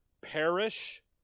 perish